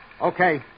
Okay